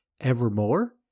Evermore